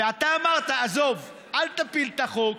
ואתה אמרת: עזוב, אל תפיל את החוק.